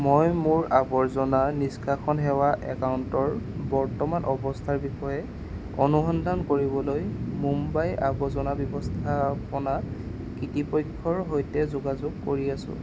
মই মোৰ আৱৰ্জনা নিষ্কাশন সেৱা একাউণ্টৰ বৰ্তমান অৱস্থাৰ বিষয়ে অনুসন্ধান কৰিবলৈ মুম্বাই আৱৰ্জনা ব্যৱস্থাপনা কিতৃপক্ষৰ সৈতে যোগাযোগ কৰি আছোঁ